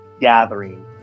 gathering